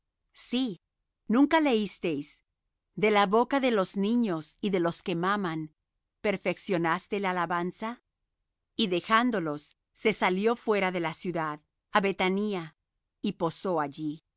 sí nunca leísteis de la boca de los niños y de los que maman perfeccionaste la alabanza y dejándolos se salió fuera de la ciudad á bethania y posó allí